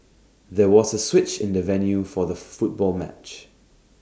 there was A switch in the venue for the football match